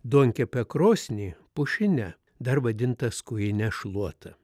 duonkepę krosnį pušine dar vadinta skujine šluota